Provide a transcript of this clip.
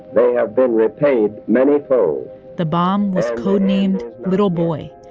they have been repaid many fold the bomb was codenamed little boy.